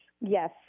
Yes